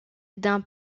d’un